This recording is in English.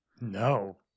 No